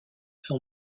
sont